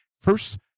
First